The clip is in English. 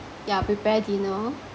yeah prepare dinner